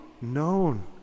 known